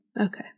Okay